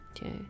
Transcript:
okay